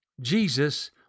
jesus